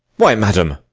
why, madam,